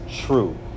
true